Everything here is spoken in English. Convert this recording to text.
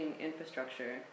infrastructure